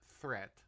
threat